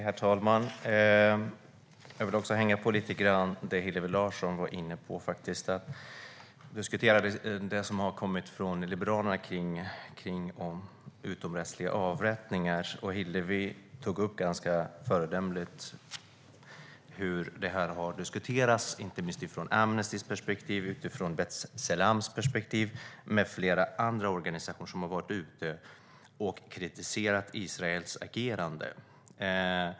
Herr talman! Jag vill hänga på det som Hillevi Larsson var inne på och diskutera det Liberalerna sagt om utomrättsliga avrättningar. Hillevi tog på ett ganska föredömligt sätt upp hur utomrättsliga avrättningar har diskuterats, inte minst utifrån Amnestys perspektiv, B'Tselems perspektiv och flera andra organisationer som har kritiserat Israels agerande.